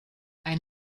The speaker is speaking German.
ein